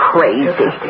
Crazy